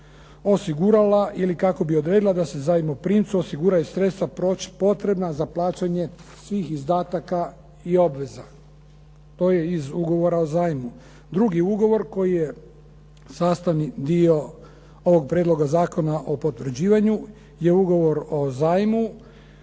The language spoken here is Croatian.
osigurala ili kako bi odredila da se zajmoprimcu osiguraju sredstva potrebna za plaćanje svih izdataka i obveza. To je iz ugovora o zajmu. Drugi ugovor koji je sastavni dio ovog prijedloga zakona o potvrđivanju je ugovor o zajmu.